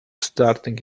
starting